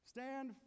Stand